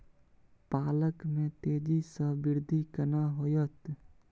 पालक में तेजी स वृद्धि केना होयत?